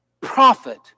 prophet